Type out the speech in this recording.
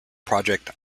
project